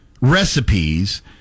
recipes